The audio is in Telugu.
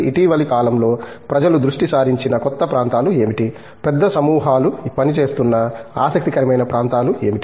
ఇటీవలి కాలంలో ప్రజలు దృష్టి సారించిన కొత్త ప్రాంతాలు ఏమిటి పెద్ద సమూహాలు పనిచేస్తున్న ఆసక్తికరమైన ప్రాంతాలు ఏమిటి